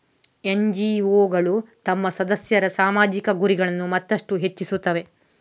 ಎನ್.ಜಿ.ಒಗಳು ತಮ್ಮ ಸದಸ್ಯರ ಸಾಮಾಜಿಕ ಗುರಿಗಳನ್ನು ಮತ್ತಷ್ಟು ಹೆಚ್ಚಿಸುತ್ತವೆ